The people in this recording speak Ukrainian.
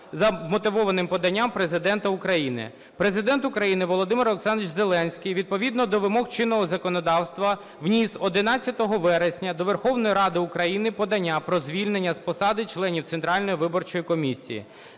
за вмотивованим поданням Президента України. Президент України Володимир Олександрович Зеленський відповідно до вимог чинного законодавства вніс 11 вересня до Верховної Ради України подання про звільнення з посади членів Центральної виборчої комісії.